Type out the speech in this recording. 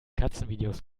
katzenvideos